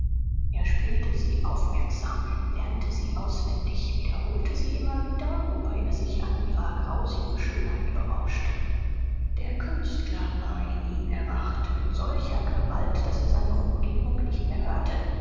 er spielte sie aufmerksam lernte sie auswendig wiederholte sie immer wieder wobei er sich an ihrer grausigen schönheit berauschte der künstler war in ihm erwacht mit solcher gewalt daß er seine umgebung nicht mehr hörte